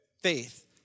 Faith